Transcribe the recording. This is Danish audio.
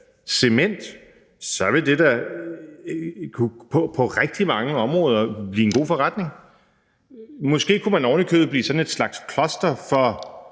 cement, så vil det da på rigtig mange områder blive en god forretning. Man kunne måske ovenikøbet blive sådan et slags cluster for